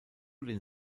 den